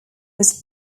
was